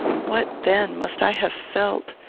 what then must i have felt,